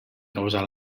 causà